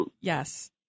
Yes